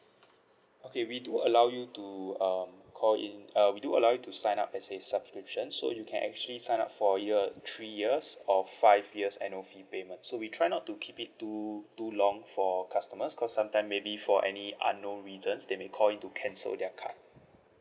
okay we do allow you to um call in uh we do allow you to sign up as a subscription so you can actually sign up for year three years or five years annual fee payment so we try not to keep it too too long for customers cause sometime maybe for any unknown reasons they may call in to cancel their card